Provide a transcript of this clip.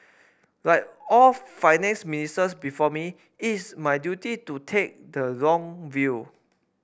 like all Finance Ministers before me it is my duty to take the long view